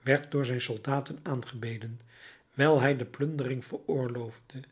werd door zijn soldaten aangebeden wijl hij de plundering veroorloofde